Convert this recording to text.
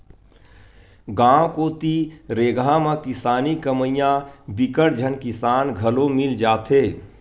गाँव कोती रेगहा म किसानी कमइया बिकट झन किसान घलो मिल जाथे